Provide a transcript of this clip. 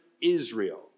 Israel